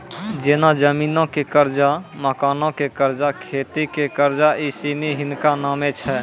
जेना जमीनो के कर्जा, मकानो के कर्जा, खेती के कर्जा इ सिनी हिनका नामे छै